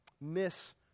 Miss